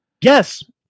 Yes